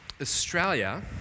Australia